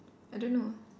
I don't know